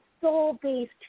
soul-based